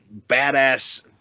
badass